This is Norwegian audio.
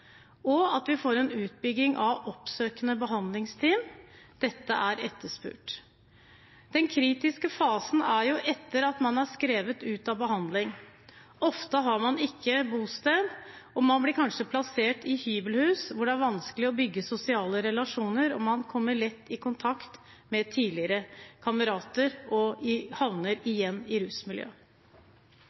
utbygging av oppsøkende behandlingsteam. Dette er etterspurt. Den kritiske fasen er etter at man blir utskrevet fra behandling. Ofte har man ikke bosted, man blir kanskje plassert i hybelhus hvor det er vanskelig å bygge sosiale relasjoner, og man kommer lett i kontakt med tidligere kamerater og havner igjen i